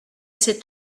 cet